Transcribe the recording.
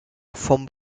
vom